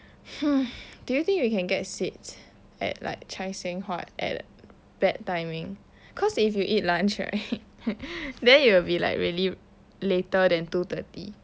do you think we can get seats at like chye seng huat at bad timing cause if you eat lunch right then you will be like really later than two thirty